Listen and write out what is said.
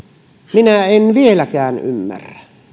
minä en vieläkään ymmärrä